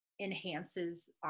enhances